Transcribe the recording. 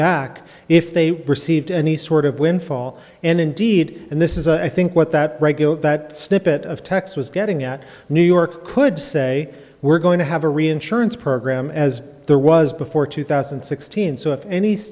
back if they received any sort of windfall and indeed and this is a i think what that regulate that snippet of text was getting at new york could say we're going to have a reinsurance program as there was before two thousand and sixteen so if any